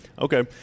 Okay